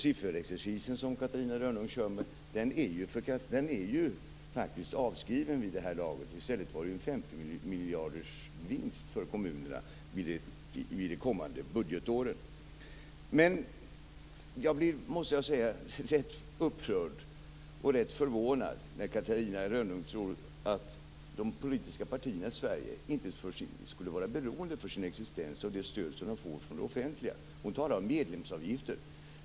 Sifferexercisen som Catarina Rönnung kör med är faktiskt avskriven vid det här laget. Det var i stället fråga om en 50-miljardersvinst för kommunerna vid det kommande budgetåret. Jag blir rätt upprörd och rätt förvånad när Catarina Rönnung tror att de politiska partierna i Sverige inte skulle vara beroende av det stöd de får från det offentliga för sin existens. Hon talar om medlemsavgifter.